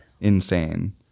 insane